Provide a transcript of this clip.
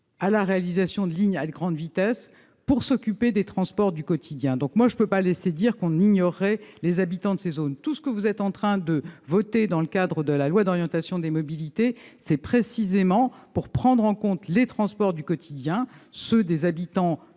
à la réalisation de lignes à grande vitesse, pour s'occuper des transports du quotidien. Je ne peux donc pas laisser dire que l'on ignore les habitants de ces zones. Tout ce que vous êtes en train de voter dans le cadre de ce projet de loi vise précisément à prendre en compte les transports du quotidien, ceux des habitants